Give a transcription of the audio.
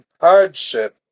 hardship